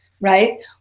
right